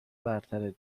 برتر